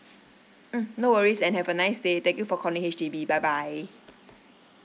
mm no worries and have a nice day thank you for calling H_D_B bye bye